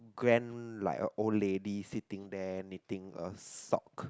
grand like a old lady sitting there knitting a sock